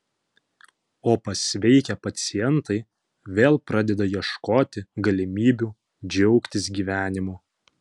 o pasveikę pacientai vėl pradeda ieškoti galimybių džiaugtis gyvenimu